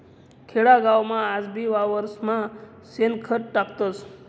खेडागावमा आजबी वावरेस्मा शेणखत टाकतस